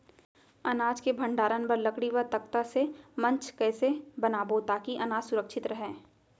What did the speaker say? अनाज के भण्डारण बर लकड़ी व तख्ता से मंच कैसे बनाबो ताकि अनाज सुरक्षित रहे?